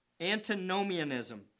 Antinomianism